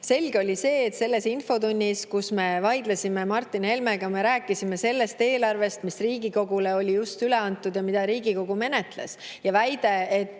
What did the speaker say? Selge oli see, et selles infotunnis, kus me vaidlesime Martin Helmega, me rääkisime sellest eelarvest, mis oli Riigikogule just üle antud ja mida Riigikogu menetles. Ja väide, et